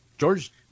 George